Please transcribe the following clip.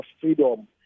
freedom